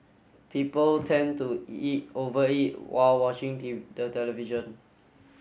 people tend to eat over eat while watching the television